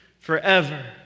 forever